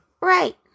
Right